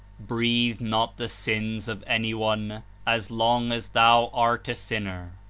breathe not the sins of any one as long as thou art a sinner.